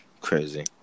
Crazy